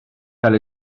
cael